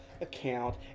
account